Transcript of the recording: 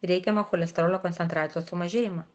reikiamą cholesterolio koncentracijos sumažėjimą